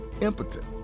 impotent